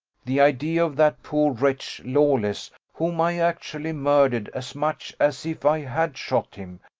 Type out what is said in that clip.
the idea of that poor wretch, lawless, whom i actually murdered as much as if i had shot him,